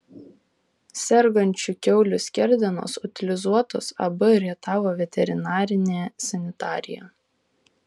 sergančių kiaulių skerdenos utilizuotos ab rietavo veterinarinė sanitarija